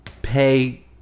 Pay